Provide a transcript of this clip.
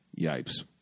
Yipes